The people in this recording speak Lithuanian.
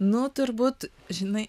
nu turbūt žinai